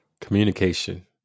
Communication